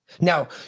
Now